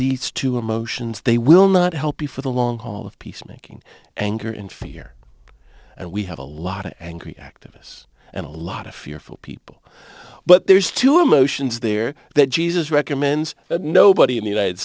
these two emotions they will not help you for the long haul of peacemaking anger and fear and we have a lot of angry activists and a lot of fearful people but there's two emotions there that jesus recommends that nobody in the united